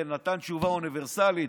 שנתן תשובה אוניברסלית,